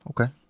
Okay